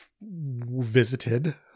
visited